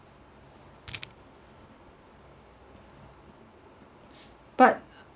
but